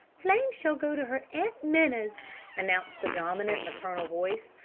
flame shall go to her aunt minna's announced the dominant maternal voice.